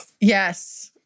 Yes